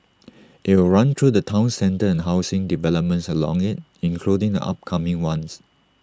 IT will run through the Town centre and housing developments along IT including the upcoming one